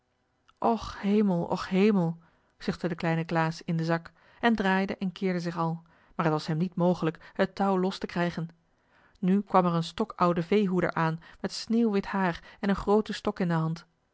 och hemel och hemel zuchtte de kleine klaas in den zak en draaide en keerde zich al maar het was hem niet mogelijk het touw los te krijgen nu kwam er een stokoude veehoeder aan met sneeuwwit haar en een grooten stok in de hand